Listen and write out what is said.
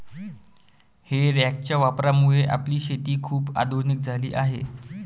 हे रॅकच्या वापरामुळे आपली शेती खूप आधुनिक झाली आहे